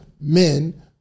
men